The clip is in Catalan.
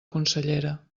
consellera